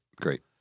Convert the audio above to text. great